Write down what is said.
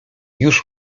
już